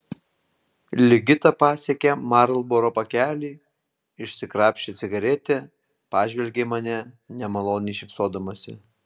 ligita pasiekė marlboro pakelį išsikrapštė cigaretę pažvelgė į mane nemaloniai šypsodamasi